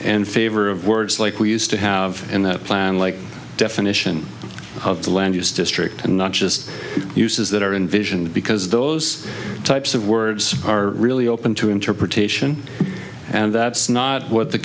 and favor of words like we used to have in that plan like definition of the land use district and not just uses that are in vision because those types of words are really open to interpretation and that's not what the